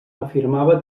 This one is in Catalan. afirmava